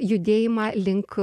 judėjimą link